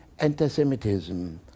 antisemitism